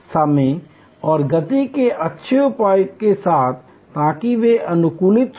समय और गति के अच्छे उपायों के साथ ताकि वे अनुकूलित हों